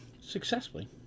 successfully